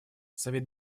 совет